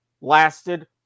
lasted